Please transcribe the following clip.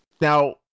Now